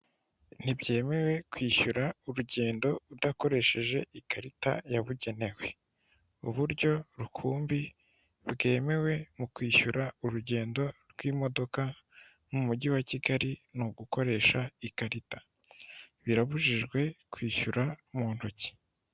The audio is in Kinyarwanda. Ntibyemewe kwishyura urugendo udakoresheje ikarita yabugenewe, uburyo rukumbi bwemewe mu kwishyura urugendo rw'imodoka mu mujyi wa Kigali ni ugukoresha ikarita birabujijwe kwishyura mu ntoki.